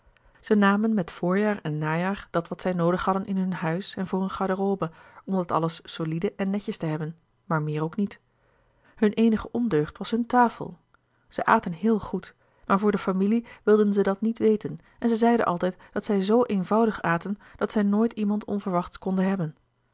zij namen met voorjaar en najaar dat wat zij noodig hadden in hun huis en voor hunne garderobe om dat alles solide en netjes te hebben maar meer ook niet hun eenige ondeugd was hunne tafel zij aten heel goed maar voor de familie wilden zij dat niet weten en zij zeiden altijd dat zij zo eenvoudig aten dat zij nooit iemand onverwachts konden hebben